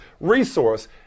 resource